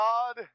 God